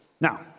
Now